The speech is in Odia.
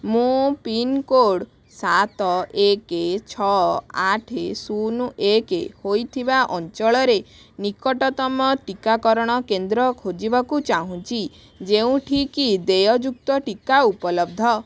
ମୁଁ ପିନ୍କୋଡ଼୍ ସାତ ଏକେ ଛଅ ଆଠେ ଶୂନ ଏକେ ହୋଇଥିବା ଅଞ୍ଚଳରେ ନିକଟତମ ଟିକାକରଣ କେନ୍ଦ୍ର ଖୋଜିବାକୁ ଚାହୁଁଛି ଯେଉଁଠିକି ଦେୟଯୁକ୍ତ ଟିକା ଉପଲବ୍ଧ